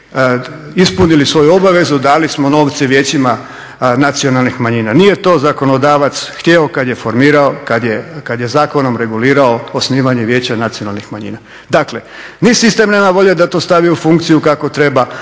ispunili svoju obavezu, dali smo novce vijećima nacionalnih manjina. Nije to zakonodavac htio kad je formirao, kad je zakonom regulirao osnivanje Vijeća nacionalnih manjina. Dakle, ni sistem nema volje da to stavi u funkciju kako treba,